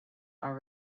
are